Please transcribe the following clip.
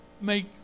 make